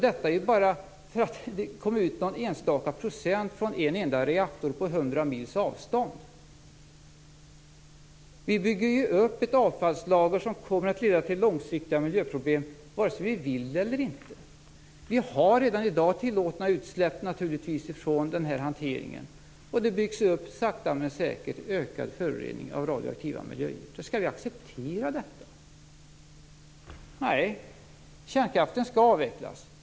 Detta beror på att det kom ut någon enstaka procent från en enda reaktor på hundra mils avstånd. Vi bygger ju upp ett avfallslager som kommer att leda till långsiktiga miljöproblem vare sig vi vill eller inte. Vi har naturligtvis redan i dag tillåtna utsläpp från den här hanteringen. Det byggs sakta men säkert upp ökad förorening av radioaktiva miljögifter. Skall vi acceptera detta? Nej, kärnkraften skall avvecklas.